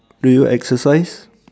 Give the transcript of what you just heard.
do you exercise